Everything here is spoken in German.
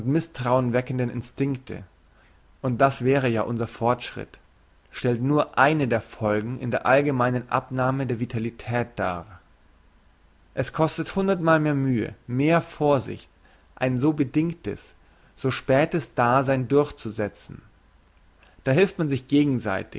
misstrauenweckenden instinkte und das wäre ja unser fortschritt stellt nur eine der folgen in der allgemeinen abnahme der vitalität dar es kostet hundert mal mehr mühe mehr vorsicht ein so bedingtes so spätes dasein durchzusetzen da hilft man sich gegenseitig